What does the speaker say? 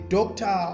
Doctor